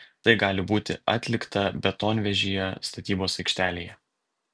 tai gali būti atlikta betonvežyje statybos aikštelėje